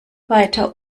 weiter